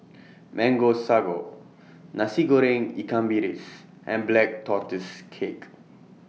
Mango Sago Nasi Goreng Ikan Bilis and Black Tortoise Cake